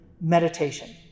meditation